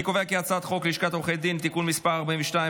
אני קובע כי הצעת חוק לשכת עורכי הדין (תיקון מס' 42),